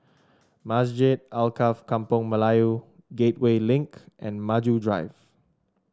Masjid Alkaff Kampung Melayu Gateway Link and Maju Drive